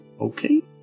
Okay